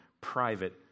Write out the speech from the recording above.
private